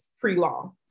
pre-law